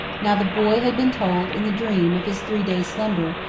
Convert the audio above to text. now the boy had been told in the dream of his three days' slumber,